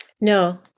No